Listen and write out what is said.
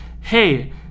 hey